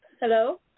Hello